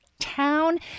town